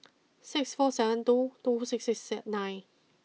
six four seven two two six six six nine